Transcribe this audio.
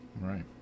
Right